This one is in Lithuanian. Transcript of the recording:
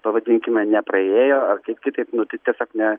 pavadinkime nepraėjo ar kaip kitaip nu tai tiesiog ne